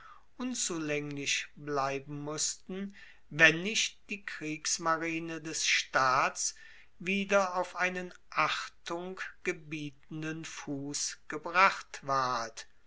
unzulaenglich bleiben mussten wenn nicht die kriegsmarine des staats wieder auf einen achtunggebietenden fuss gebracht ward